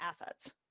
assets